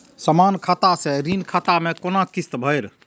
समान खाता से ऋण खाता मैं कोना किस्त भैर?